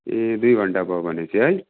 ए दुई घन्टा भयो भनेपछि है